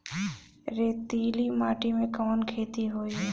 रेतीली माटी में कवन खेती होई?